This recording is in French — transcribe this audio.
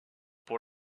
pour